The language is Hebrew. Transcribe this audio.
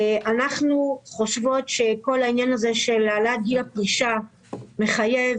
אנחנו חושבות שכל העניין הזה של העלאת גיל הפרישה מחייב